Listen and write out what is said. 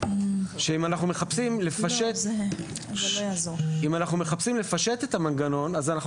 שאם אנחנו מחפשים לפשט את המנגנון אז אנחנו